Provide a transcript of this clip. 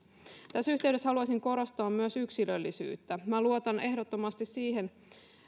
tässä yhteydessä haluaisin korostaa myös yksilöllisyyttä minä luotan sosiaalityöntekijänä ehdottomasti siihen